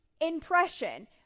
impression